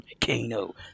Kano